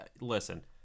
listen